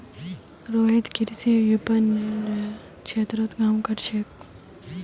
रोहित कृषि विपणनेर क्षेत्रत काम कर छेक